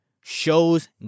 shows